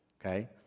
Okay